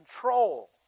control